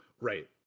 Right